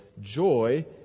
joy